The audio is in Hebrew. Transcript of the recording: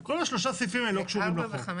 כל שלושת הסעיפים האלה לא קשורים לחוק.